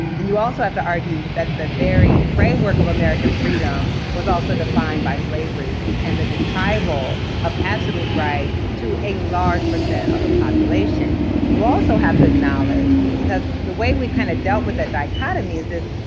then you also have to argue that the very framework of american freedom was also defined by slavery and the deprival of absolute rights to a large percent of the population. and you also have to acknowledge because the way we've kind of dealt with that dichotomy is this